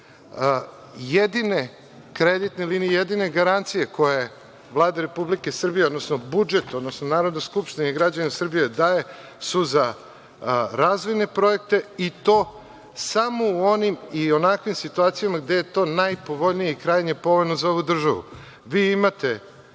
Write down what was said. Jedine kreditne linije, jedine garancije koje Vlada Republike Srbije, odnosno budžet, odnosno Narodna skupština i građani Srbije daje su za razvojne projekte i to samo u onim i onakvim situacijama gde je to najpovoljnije i krajnje povoljno za ovu državu. Vi imate